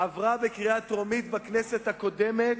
עברה בקריאה טרומית בכנסת הקודמת,